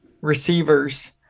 receivers